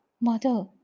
Mother